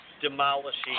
demolishing